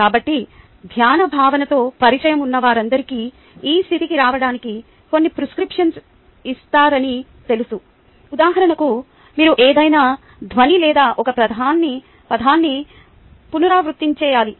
కాబట్టి ధ్యాన భావనతో పరిచయం ఉన్న వారందరికీ ఈ స్థితికి రావడానికి కొన్ని ప్రిస్క్రిప్షన్లు ఇస్తారని తెలుసు ఉదాహరణకు మీరు ఏదైనా ధ్వని లేదా ఒక పదాన్ని పునరావృతం చేయాలి